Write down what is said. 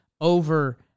over